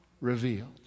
revealed